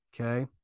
okay